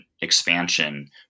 expansion